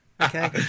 Okay